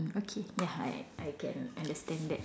okay ya I I can understand that